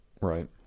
Right